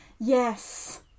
Yes